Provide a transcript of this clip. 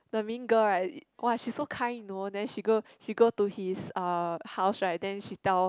the mean girl right !wah! she so kind you know then she go she go to his uh house right then she tell